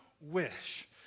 wish